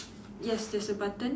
yes there's a button